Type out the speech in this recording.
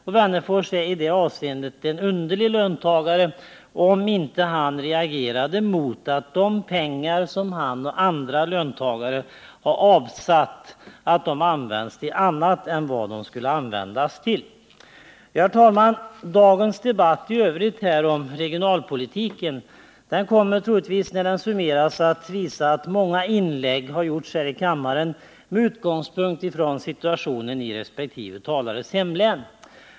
Alf Wennerfors är i detta avseende en underlig löntagare, om han inte reagerar mot att de pengar som han och andra löntagare har avsatt används till annat ändamål än de skulle användas till. Herr talman! Dagens debatt i övrigt om regionalpolitiken kommer troligtvis när den summeras att visa att många inlägg har gjorts här i kammaren med utgångspunkt i situationen i resp. talares hemlän.